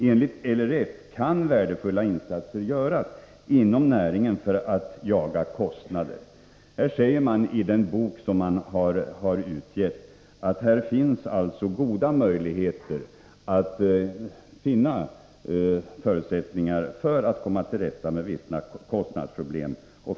Enligt LRF kan värdefulla insatser göras inom näringen för att jaga kostnader. I den bok som LRF har utgett säger man att det finns goda möjligheter att finna förutsättningar för att komma till rätta med vissa kostnadsproblem.